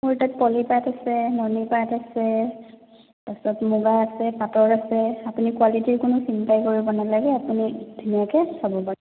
মোৰ তাত পলি পাট আছে নুনী পাট আছে তাৰপাছত মূগা আছে পাটৰ আছে আপুনি কোৱালিটীৰ কোনো চিন্তাই কৰিব নালাগে আপুনি ধুনীয়াকে চাব পাৰে